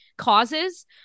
causes